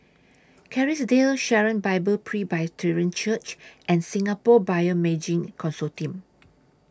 Kerrisdale Sharon Bible Presbyterian Church and Singapore Bioimaging Consortium